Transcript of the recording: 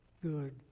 good